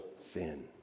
sin